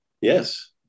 Yes